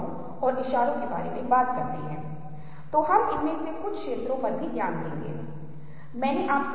ये बहुत ही औपचारिक उपकरण हैं जो हमें मदद कर सकते हैं अधिक प्रभावी संचारक बनने में